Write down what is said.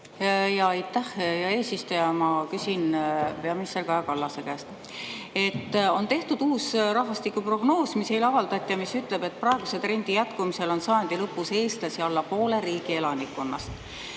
Aitäh, hea eesistuja! Ma küsin peaminister Kaja Kallase käest. On tehtud uus rahvastikuprognoos, mis eile avaldati ja mis ütleb, et praeguse trendi jätkumisel on sajandi lõpus eestlasi alla poole riigi elanikkonnast.